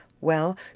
Well